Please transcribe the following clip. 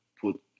put